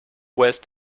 west